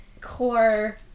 core